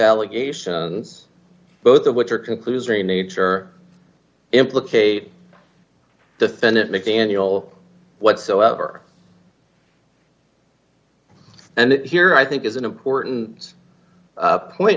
allegations both of which are conclusory nature implicate defendant mcdaniel whatsoever and here i think is an important point